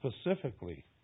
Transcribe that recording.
specifically